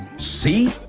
see!